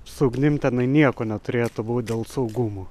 su ugnim tenai nieko neturėtų būt dėl saugumo